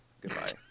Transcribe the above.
Goodbye